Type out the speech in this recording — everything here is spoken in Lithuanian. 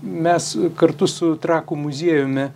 mes kartu su trakų muziejumi